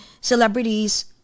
celebrities